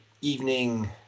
evening